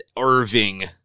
Irving